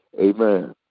Amen